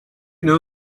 know